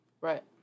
Right